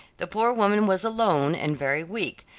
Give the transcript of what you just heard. the poor woman was alone and very weak,